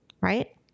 right